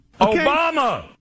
Obama